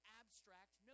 abstract